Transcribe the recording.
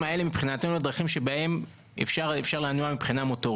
מבחינתנו הדרכים האלה הן דרכים שבהן אפשר לנוע מוטורית.